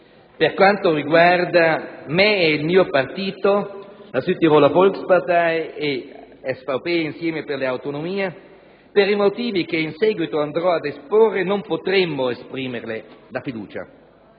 per quanto riguarda me e il mio partito, la Südtiroler Volkspartei-Insieme per le Autonomie, per i motivi che in seguito andrò ad esporre, non potremo esprimerle la fiducia.